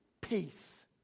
Peace